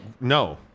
no